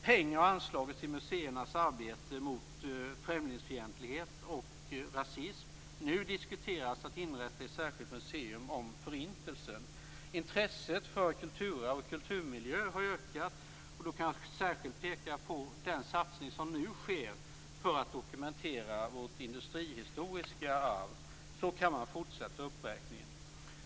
Pengar har anslagits till museernas arbete mot främlingsfientlighet och rasism. Nu diskuteras att inrätta ett särskilt museum om Förintelsen. Intresset för kulturarv och kulturmiljö har ökat. Där kan jag särskilt peka på den satsning som nu sker för att dokumentera vårt industrihistoriska arv. Så kan man fortsätta uppräkningen.